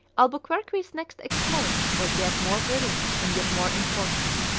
albuquerque's next exploit was yet more brilliant and yet more important.